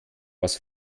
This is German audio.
was